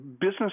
business